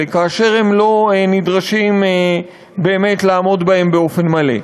כאשר הם לא נדרשים באמת לעמוד בהם באופן מלא.